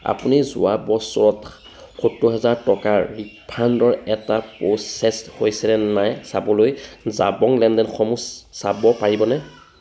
আপুনি যোৱা বছৰত সত্তৰ হাজাৰ টকাৰ ৰিফাণ্ডৰ এটা প্ৰ'চেছ হৈছে নে চাবলৈ জাবং লেনদেনসমূহ চাব পাৰিবনে